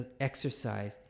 exercise